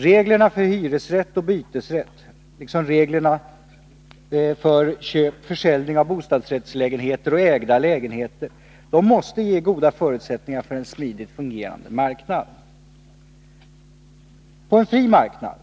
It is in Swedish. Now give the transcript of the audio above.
Reglerna för hyresrätt och bytesrätt — liksom de regler som avser köp och försäljning av bostadsrättslägenheter och ägda lägenheter — måste ge goda förutsättningar för en smidigt fungerande marknad. På en fri marknad